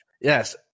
Yes